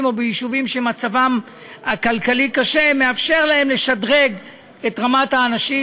או ביישובים שמצבם הכלכלי קשה מאפשרות להם לשדרג את רמת האנשים